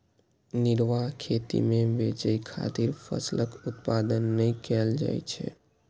निर्वाह खेती मे बेचय खातिर फसलक उत्पादन नै कैल जाइ छै